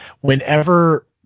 Whenever